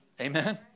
Amen